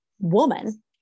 woman